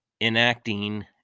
enacting